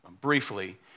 briefly